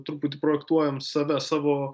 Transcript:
truputį projektuojam save savo